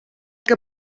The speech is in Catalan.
que